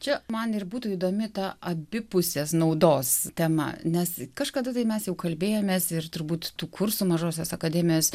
čia man ir būtų įdomi ta abipusės naudos tema nes kažkada tai mes jau kalbėjomės ir turbūt tų kursų mažosios akademijos